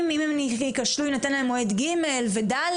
אם הם ייכשלו יינתן להם מועד ג' ו-ד'?